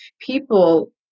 people